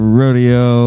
rodeo